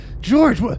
George